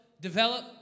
develop